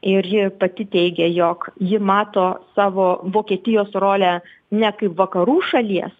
ir ji pati teigė jog ji mato savo vokietijos rolę ne kaip vakarų šalies